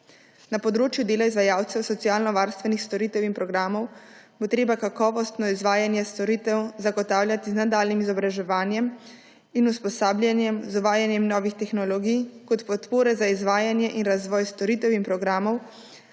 Na področju dela izvajalcev socialnovarstvenih storitev in programov bo treba kakovostno izvajanje storitev zagotavljati z nadaljnjim izobraževanjem in usposabljanjem, z uvajanjem novih tehnologij kot podpore za izvajanje in razvoj storitev in programov,